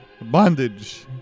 bondage